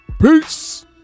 Peace